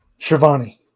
Shivani